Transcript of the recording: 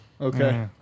Okay